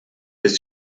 des